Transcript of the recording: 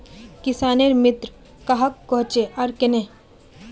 किसानेर मित्र कहाक कोहचे आर कन्हे?